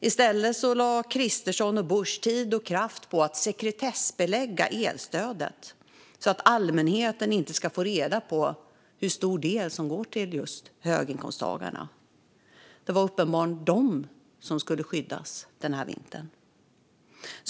I stället lade Kristersson och Busch tid och kraft på att sekretessbelägga elstödet, så att allmänheten inte ska få reda på hur stor del som går till just höginkomsttagarna. Det var uppenbarligen de som skulle skyddas den här vintern.